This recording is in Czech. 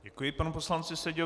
Děkuji panu poslanci Seďovi.